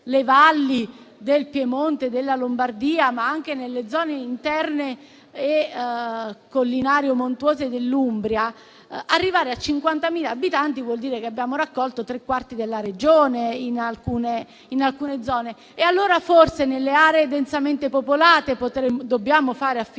nelle valli del Piemonte, della Lombardia, ma anche nelle zone interne, collinari o montuose, dell'Umbria, arrivare a 50.000 abitanti significa raccogliere tre quarti della Regione, in alcune zone. E allora nelle aree densamente popolate dobbiamo fare affidamento,